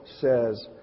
says